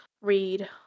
read